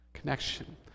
connection